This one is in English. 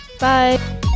Bye